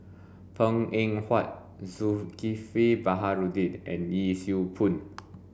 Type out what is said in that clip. Png Eng Huat Zulkifli Baharudin and Yee Siew Pun